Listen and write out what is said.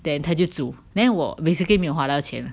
then 她就煮 then 我 basically 没有花到钱